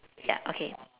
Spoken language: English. ya okay